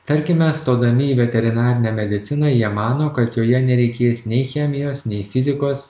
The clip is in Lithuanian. tarkime stodami į veterinarinę mediciną jie mano kad joje nereikės nei chemijos nei fizikos